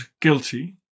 guilty